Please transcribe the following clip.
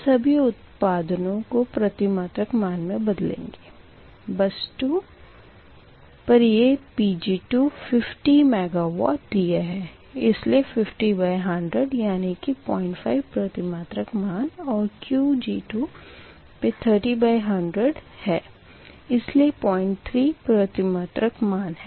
अब सभी उत्पादनो को प्रतिमात्रक मान मे बदलेंगे बस 2 पर ये PG2 50 मेगावाट दिया है इसलिए 50100 यानी कि 05 प्रतिमात्रक मान और Qg2 पे 30100 है इसलिए 03 प्रतिमात्रक मान है